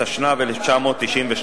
התשנ"ב 1992,